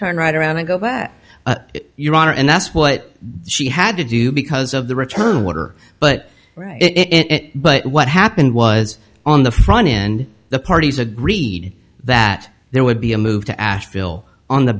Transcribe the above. turn right around and go back your honor and that's what she had to do because of the return water but it but what happened was on the front end the parties agreed that there would be a move to ashville on the